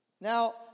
Now